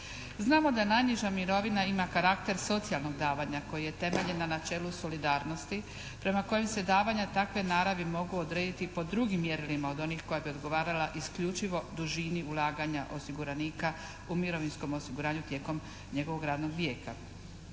Znamo da najniža mirovina ima karakter socijalnog davanja koji je temeljen na načelu solidarnosti prema kojem se davanja takve naravi mogu odrediti po drugim mjerilima od onih koja bi odgovarala isključivo dužini ulaganja osiguranika u mirovinskom osiguranju tijekom njegovog radnog vijeka.